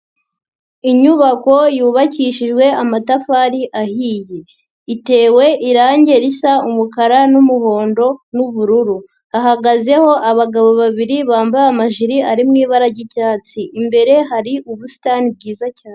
Inyubako yubakishijwe amatafari ahiye itewe irangi risa umukara n'umuhondo n'ubururu hahagazeho abagabo babiri bambaye amajiri ari mu ibara ry'icyatsi, imbere hari ubusitani bwiza cyane.